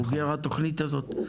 בוגר התכנית הזאת.